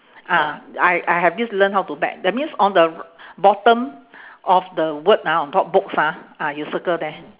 ah I I have this learn how to bet that means on the bottom of the word ah on top books ah ah you circle there